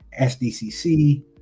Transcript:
SDCC